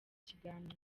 kiganiro